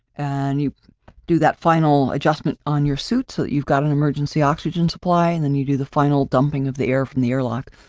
and you do that final adjustment on your suit. so, you've got an emergency oxygen supply and then you do the final dumping of the air from the airlock,